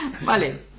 Vale